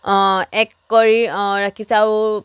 এক কৰি ৰাখিছে আৰু